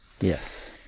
Yes